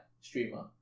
streamer